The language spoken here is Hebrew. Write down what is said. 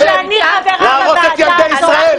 להרוס את ילדי ישראל?